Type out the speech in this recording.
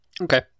Okay